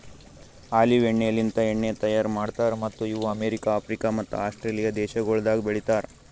olive ಹಣ್ಣಲಿಂತ್ ಎಣ್ಣಿ ತೈಯಾರ್ ಮಾಡ್ತಾರ್ ಮತ್ತ್ ಇವು ಅಮೆರಿಕ, ಆಫ್ರಿಕ ಮತ್ತ ಆಸ್ಟ್ರೇಲಿಯಾ ದೇಶಗೊಳ್ದಾಗ್ ಬೆಳಿತಾರ್